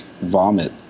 vomit